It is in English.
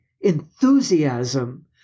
enthusiasm